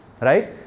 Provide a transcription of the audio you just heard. Right